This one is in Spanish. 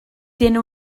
tiene